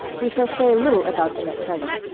we shall say little about them at present,